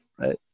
Right